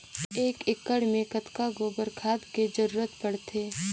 एक एकड़ मे कतका गोबर खाद के जरूरत पड़थे?